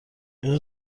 اینا